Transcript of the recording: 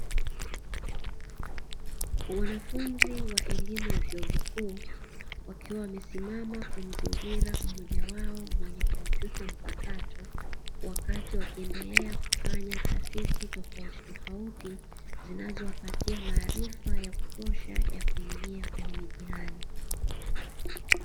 Wanafunzi wa elimu ya vyuo vikuu wakiwa wamesimama kumzigira mmoja wao mwenye kompyuta mpakato, wakati wakiendelea kufanya tafiti tofautitofauti zinazowapatia maarifa ya kutosha ya kuingia kwenye mitihani.